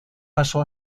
pasó